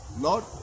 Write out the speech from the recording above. Lord